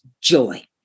joy